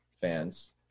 fans